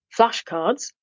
flashcards